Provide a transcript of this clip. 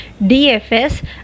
DFS